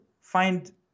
find